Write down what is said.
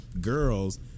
girls